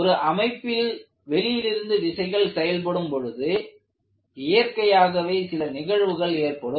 ஒரு அமைப்பில் வெளியிலிருந்து விசைகள் செயல்படும் பொழுது இயற்கையாகவே சில நிகழ்வுகள் ஏற்படும்